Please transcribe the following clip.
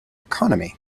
economy